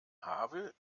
havel